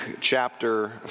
chapter